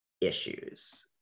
issues